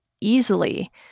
easily